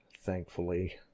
thankfully